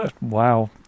Wow